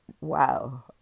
Wow